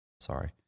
Sorry